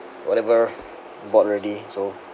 whatever bought already so